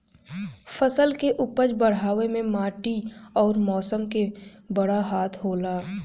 फसल के उपज बढ़ावे मे माटी अउर मौसम के बड़ हाथ होला